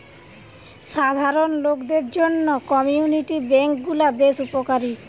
সাধারণ লোকদের জন্য কমিউনিটি বেঙ্ক গুলা বেশ উপকারী